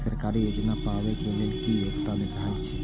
सरकारी योजना पाबे के लेल कि योग्यता निर्धारित छै?